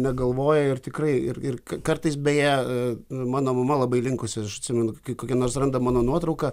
negalvoja ir tikrai ir ir kartais beje mano mama labai linkusi aš atsimenu kai kokią nors randa mano nuotrauką